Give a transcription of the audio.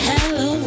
Hello